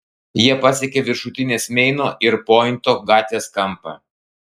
jie pasiekė viršutinės meino ir pointo gatvės kampą